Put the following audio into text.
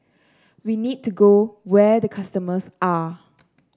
we need to go where the customers are